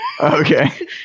Okay